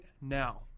now